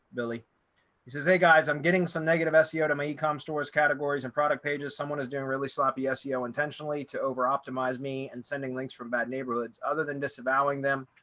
billy says hey guys, i'm getting some negative seo to me calm stores, categories and product pages. someone is doing really sloppy ah seo intentionally to over optimize me and sending links from bad neighborhoods other than disavowing them.